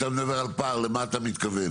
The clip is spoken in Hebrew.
כשאתה מדבר על פער, למה אתה מתכוון?